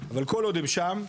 אבל כל עוד הם שם,